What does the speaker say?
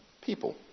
people